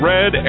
Red